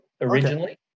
originally